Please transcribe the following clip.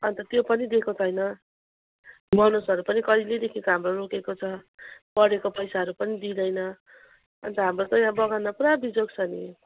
अन्त त्यो पनि दिएको छैन बनोसहरू पनि कहिलेदेखिको हाम्रो रोकेको छ बढेको पैसाहरू पनि दिँदैन अन्त हाम्रो त यहाँ बगानमा पुरा बिजोग छ नि